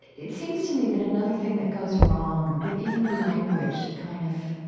it seems to me that another thing that goes wrong that even the language kind of